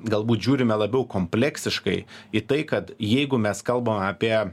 galbūt žiūrime labiau kompleksiškai į tai kad jeigu mes kalbame apie